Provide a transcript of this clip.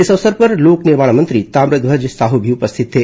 इस अवसर पर लोक निर्माण मंत्री ताम्रध्वज साह भी उपस्थित थे